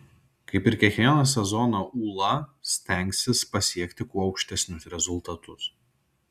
kaip ir kiekvieną sezoną ūla stengsis pasiekti kuo aukštesnius rezultatus